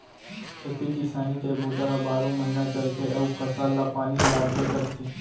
खेती किसानी के बूता ह बारो महिना चलथे अउ फसल ल पानी लागबे करथे